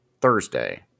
Thursday